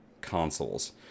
consoles